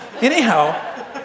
Anyhow